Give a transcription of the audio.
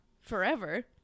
forever